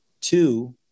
two